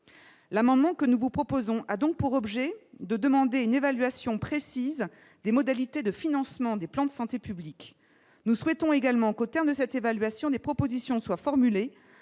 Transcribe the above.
l'amendement que nous vous proposons a donc pour objet de demander une évaluation précise des modalités de financement des plans de santé publique, nous souhaitons également qu'au terme de cette évaluation des propositions soient formulées